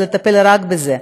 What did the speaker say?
ולטפל רק בזה.